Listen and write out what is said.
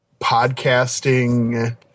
podcasting